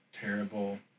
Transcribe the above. terrible